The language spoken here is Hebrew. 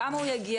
כמה הוא יגיע.